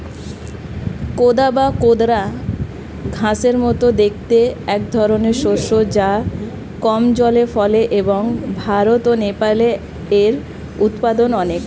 কোদা বা কোদরা ঘাসের মতো দেখতে একধরনের শস্য যা কম জলে ফলে এবং ভারত ও নেপালে এর উৎপাদন অনেক